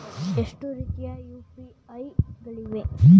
ಎಷ್ಟು ರೀತಿಯ ಯು.ಪಿ.ಐ ಗಳಿವೆ?